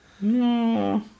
No